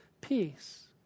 peace